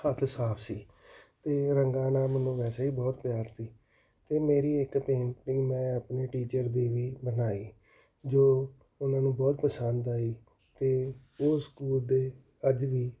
ਹੱਥ ਸਾਫ਼ ਸੀ ਅਤੇ ਰੰਗਾਂ ਨਾਲ ਮੈਨੂੰ ਵੈਸੇ ਹੀ ਬਹੁਤ ਪਿਆਰ ਸੀ ਇਹ ਮੇਰੀ ਇੱਕ ਪੇਂਟਿੰਗ ਮੈਂ ਆਪਣੇ ਟੀਚਰ ਦੀ ਵੀ ਬਣਾਈ ਜੋ ਉਹਨਾਂ ਨੂੰ ਬਹੁਤ ਪਸੰਦ ਆਈ ਅਤੇ ਉਹ ਸਕੂਲ ਦੇ ਅੱਜ ਵੀ